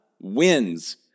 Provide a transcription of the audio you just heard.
wins